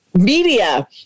media